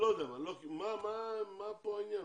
מה פה העניין?